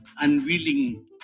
unwilling